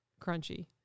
crunchy